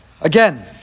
again